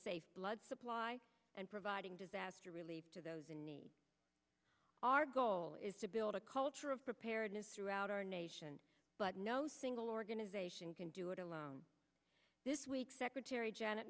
safe blood supply and providing disaster relief to those in need our goal is to build a culture of preparedness throughout our nation but no single organization can do it alone this week secretary janet